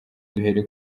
duhere